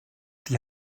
die